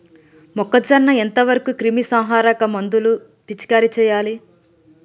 మొక్కజొన్న ఎంత వరకు క్రిమిసంహారక మందులు పిచికారీ చేయాలి?